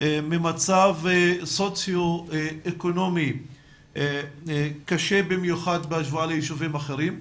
ממצב סוציואקונומי קשה במיוחד בהשוואה ליישובים אחרים,